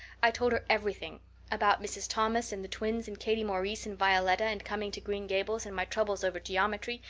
i told her everything about mrs. thomas and the twins and katie maurice and violetta and coming to green gables and my troubles over geometry.